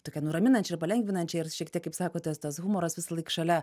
tokią nuraminančią ir palengvinančią ir šiek tiek kaip sakote tas humoras visąlaik šalia